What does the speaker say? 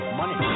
money